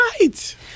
Right